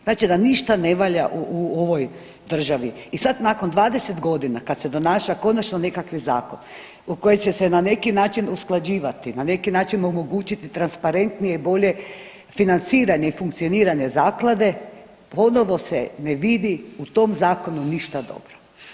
Znači da ništa ne valja u ovoj državi i sad nakon 20 godina kad se donaša konačno nekakav zakon u koji će se na neki način usklađivati, na neki način omogućiti transparentnije i bolje financiranje i funkcioniranje zaklade ponovo se ne vidi u tom zakonu ništa dobro.